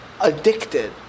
addicted